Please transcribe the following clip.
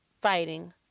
fighting